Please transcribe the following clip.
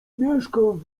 mieszkam